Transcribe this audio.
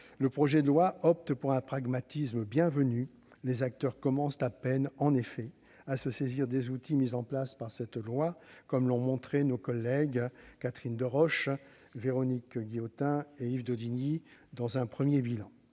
ce projet de loi, pour un pragmatisme bienvenu ; les acteurs commencent à peine, en effet, à se saisir des outils mis en place par cette loi, comme l'ont montré nos collègues Catherine Deroche, Véronique Guillotin et Yves Daudigny dans un premier bilan.